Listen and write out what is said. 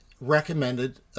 recommended